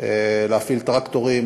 להפעיל טרקטורים,